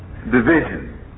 division